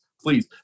please